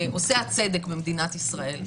בעושי הצדק במדינת ישראל,